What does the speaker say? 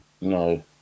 No